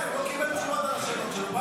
הוא לא קיבל תשובות על השאלות שלו.